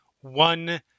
one